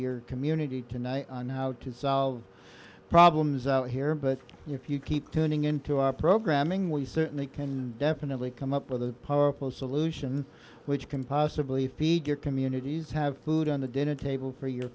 your community tonight on how to solve problems out here but if you keep tuning into our programming we certainly can definitely come up with a powerful solution which can possibly get communities have food on the dinner table for your